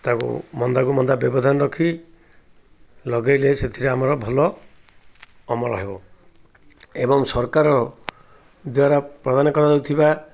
ତାକୁ ମନ୍ଦାକୁ ମନ୍ଦା ବ୍ୟବଧାନ ରଖି ଲଗେଇଲେ ସେଥିରେ ଆମର ଭଲ ଅମଳ ହେବ ଏବଂ ସରକାର ଦ୍ୱାରା ପ୍ରଦାନ କରାଯାଉଥିବା